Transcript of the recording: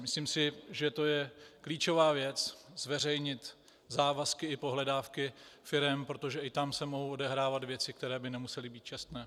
Myslím si, že to je klíčová věc zveřejnit závazky i pohledávky firem, protože i tam se mohou odehrávat věci, které by nemusely být čestné.